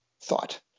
thought